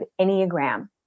Enneagram